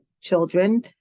children